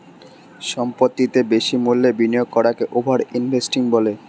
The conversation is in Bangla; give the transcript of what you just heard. সম্পত্তিতে বেশি মূল্যের বিনিয়োগ করাকে ওভার ইনভেস্টিং বলে